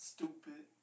Stupid